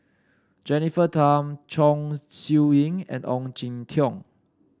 Jennifer Tham Chong Siew Ying and Ong Jin Teong